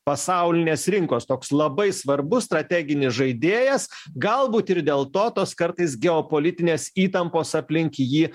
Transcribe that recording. pasaulinės rinkos toks labai svarbus strateginis žaidėjas galbūt ir dėl to tos kartais geopolitinės įtampos aplink jį